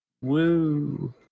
woo